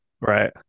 Right